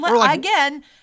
Again